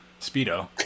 speedo